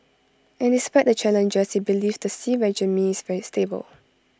and despite the challenges he believes the Xi regime is stable